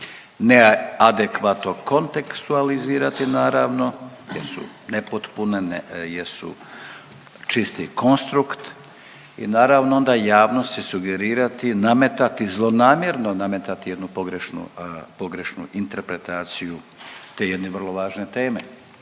neadekvatno kontekstu analizirati naravno jer su nepotpune jer su čisti konstrukt i naravno da javnosti sugerirati nametati, zlonamjerno nametati jednu pogrešnu, pogrešnu interpretaciju te jedne vrlo važne teme